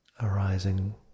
arising